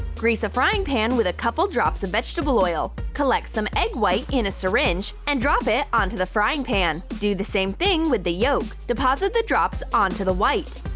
grease a frying pan with a couple drops of vegetable oil. collect some egg white in a syringe. and drop it onto the frying pan. do the same thing with the yolk. deposit the drops onto the white.